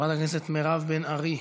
חברת הכנסת מירב בן ארי,